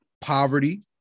poverty